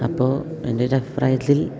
അപ്പോൾ എൻ്റെ ഒരു അഭിപ്രായത്തിൽ